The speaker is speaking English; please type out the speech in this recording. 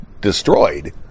destroyed